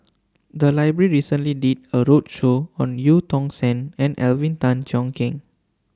The Library recently did A roadshow on EU Tong Sen and Alvin Tan Cheong Kheng